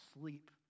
sleep